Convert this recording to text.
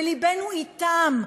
ולבנו אתם,